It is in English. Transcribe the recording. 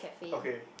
okay